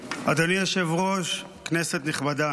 אדוני היושב-ראש, כנסת נכבדה,